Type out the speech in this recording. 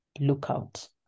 lookout